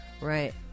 Right